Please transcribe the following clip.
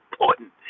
important